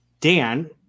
Dan